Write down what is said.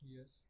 Yes